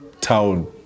town